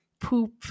poop